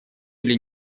или